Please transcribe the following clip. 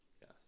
yes